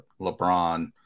LeBron